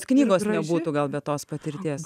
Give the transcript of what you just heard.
knygos nebūtų gal bet tos patirties